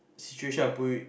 situation I put you